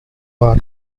our